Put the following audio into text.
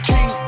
King